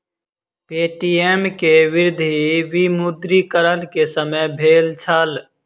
Paytm के वृद्धि विमुद्रीकरण के समय भेल छल